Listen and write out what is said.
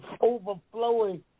overflowing